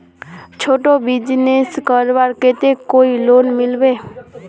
छोटो बिजनेस करवार केते कोई लोन मिलबे?